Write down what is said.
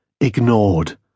ignored